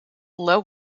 low